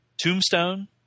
Tombstone